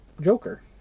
Joker